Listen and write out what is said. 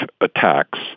attacks